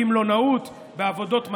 במלונאות, בעבודות מתכת,